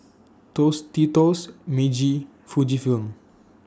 Tostitos Meiji Fujifilm